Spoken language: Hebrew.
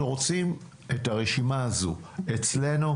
אנחנו רוצים את הרשימה הזו אצלנו,